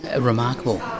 Remarkable